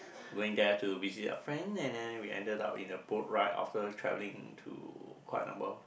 going there to visit a friend and then we ended up in a boat ride after travelling to quite a number